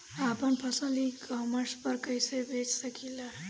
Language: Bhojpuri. आपन फसल ई कॉमर्स पर कईसे बेच सकिले?